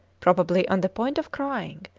probably on the point of crying,